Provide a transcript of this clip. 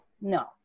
no